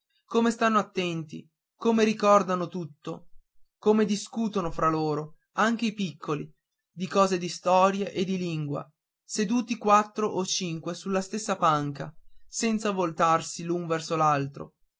come stanno attenti come ricordano tutto come discutono fra loro anche i piccoli di cose di storia e di lingua seduti quattro o cinque sulla stessa panca senza voltarsi l'un verso